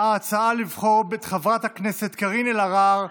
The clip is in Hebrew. ההצעה לבחור את חברת הכנסת קארין אלהרר?